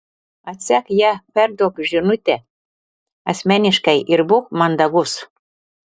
atsek ją perduok žinutę asmeniškai ir būk mandagus